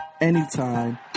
anytime